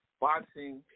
boxing